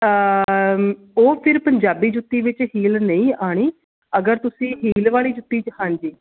ਉਹ ਫਿਰ ਪੰਜਾਬੀ ਜੁੱਤੀ ਵਿੱਚ ਹੀਲ ਨਹੀਂ ਆਉਣੀ ਅਗਰ ਤੁਸੀਂ ਹੀਲ ਵਾਲੀ ਜੁੱਤੀ 'ਚ ਹਾਂਜੀ